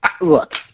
look